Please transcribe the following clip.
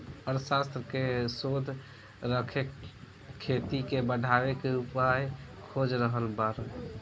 अर्थशास्त्र के शोध करके खेती के बढ़ावे के उपाय खोज रहल बाड़न